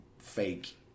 fake